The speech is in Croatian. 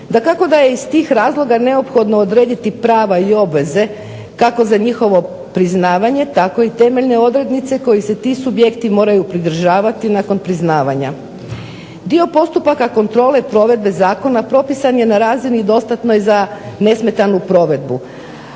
Dakako da je iz tih razloga neophodno odrediti prava i obveza kako za njihovo priznavanje tako i temeljne odrednice kojih se ti subjekti moraju pridržavati nakon priznavanja. Dio postupaka kontrole provedbe zakona propisan je na razini dostatnoj za nesmetanu provedbu,